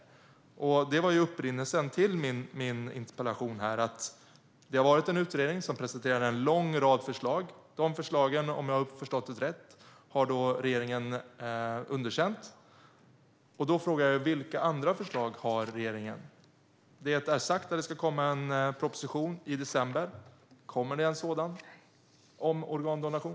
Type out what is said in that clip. Upprinnelsen till min interpellation var att en utredning har presenterat en lång rad förslag. Om jag har förstått rätt har regeringen underkänt dessa förslag, och då frågar jag: Vilka andra förslag har regeringen? Det är sagt att det ska komma en proposition om organdonation i december. Kommer det en sådan?